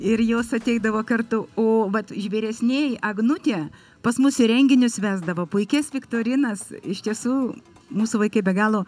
ir jos ateidavo kartu o vat vyresnieji agnutė pas mus ir renginius vesdavo puikias viktorinas iš tiesų mūsų vaikai be galo